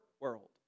world